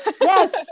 Yes